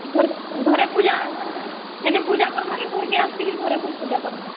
ଘରେ ଘରେ ପୁଜା ସେନେ ପୁଜା କରମା କି ଘରକେ ଆସିକି ଘରେ ଫିର ପୁଜା କରମା